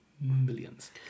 millions